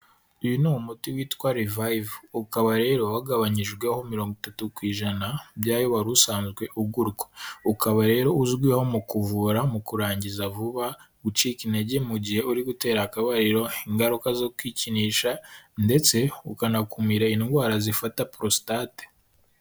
Uyu ni umuti witwa revive ukaba rero wagabanyijweho mirongo itatu ku ijana byayo wari usanzwe ugura ukaba rero uzwiho mu kuvura mu kurangiza vuba gucika intege mu gihe uri gutera akabariro ingaruka zo kwikinisha ndetse ukanakumira indwara zifata prostate.